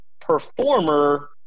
performer